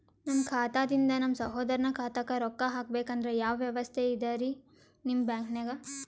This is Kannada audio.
ನಮ್ಮ ಖಾತಾದಿಂದ ನಮ್ಮ ಸಹೋದರನ ಖಾತಾಕ್ಕಾ ರೊಕ್ಕಾ ಹಾಕ್ಬೇಕಂದ್ರ ಯಾವ ವ್ಯವಸ್ಥೆ ಇದರೀ ನಿಮ್ಮ ಬ್ಯಾಂಕ್ನಾಗ?